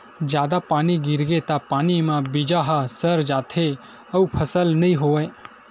जादा पानी गिरगे त पानी म बीजा ह सर जाथे अउ फसल नइ होवय